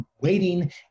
waiting